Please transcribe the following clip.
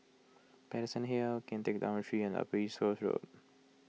Paterson Hill Kian Teck Dormitory and Upper East Coast Road